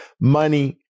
money